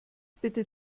bitte